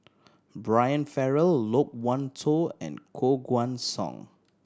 Brian Farrell Loke Wan Tho and Koh Guan Song